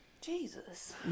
Jesus